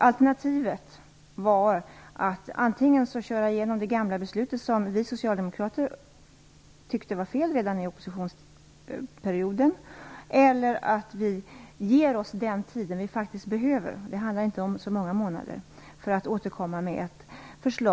Alternativet var att antingen genomföra det gamla beslutet som vi socialdemokrater redan i oppositionsställning ansåg felaktigt eller att ta oss den tid som vi behöver - det handlar inte om så många månader - för att återkomma med ett förslag.